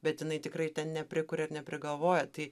bet jinai tikrai ten neprikuria ir neprigalvoja tai